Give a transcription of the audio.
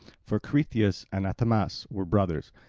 for cretheus and athamas were brothers.